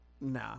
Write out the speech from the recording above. nah